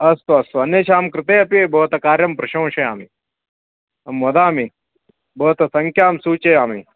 अस्तु अस्तु अन्येषां कृते अपि भवतः कार्यं प्रशंसयामि अहं वदामि भवतः सङ्ख्यां सूचयामि